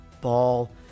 ball